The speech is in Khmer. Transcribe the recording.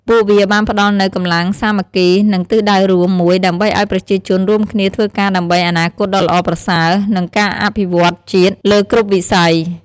ពួកវាបានផ្តល់នូវ កម្លាំងសាមគ្គី និង ទិសដៅរួម មួយ ដើម្បីឲ្យប្រជាជនរួមគ្នាធ្វើការដើម្បី អនាគតដ៏ល្អប្រសើរ និង ការអភិវឌ្ឍន៍ជាតិ លើគ្រប់វិស័យ។